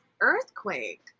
Earthquake